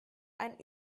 ein